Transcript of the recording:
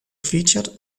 featured